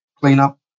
cleanup